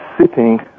sitting